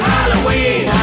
Halloween